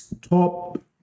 top